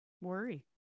worry